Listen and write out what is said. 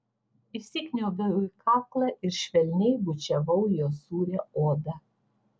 įsikniaubiau į kaklą ir švelniai bučiavau jo sūrią odą